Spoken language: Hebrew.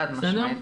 חד משמעית.